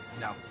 No